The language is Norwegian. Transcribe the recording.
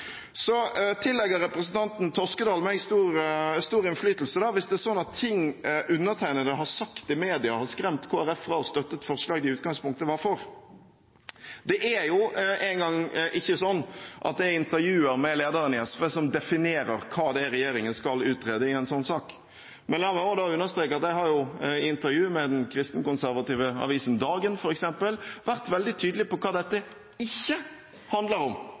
Så tillegger representanten Toskedal meg stor innflytelse hvis det er slik at ting undertegnede har sagt i media, har skremt Kristelig Folkeparti fra å støtte et forslag de i utgangspunktet var for. Det er jo engang ikke slik at det er intervjuer med lederen i SV som definerer hva det er regjeringen skal utrede i en slik sak. Men la meg også understreke at jeg har i intervju med den kristenkonservative avisen Dagen f.eks. vært veldig tydelig på hva dette ikke handler om,